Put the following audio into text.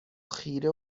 خیره